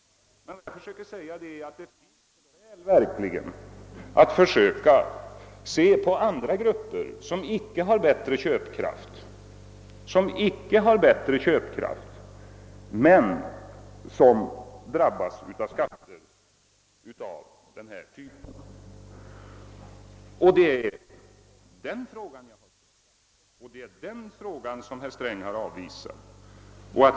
Men vad jag försöker säga är att det verkligen finns skäl för att se på andra grupper, som inte har bättre köpkraft men som drabbas av skatter av här ifrågavarande typ. Det är det min fråga avser och det är den frågan som herr Sträng har avvisat.